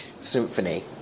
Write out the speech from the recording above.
Symphony